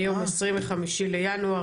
היום עשרים וחמישי לינואר,